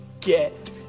get